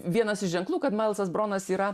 vienas iš ženklų kad maelsas bronas yra